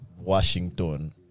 Washington